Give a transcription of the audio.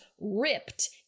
ripped